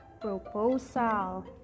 proposal